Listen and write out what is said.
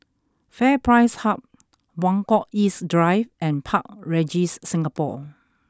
FairPrice Hub Buangkok East Drive and Park Regis Singapore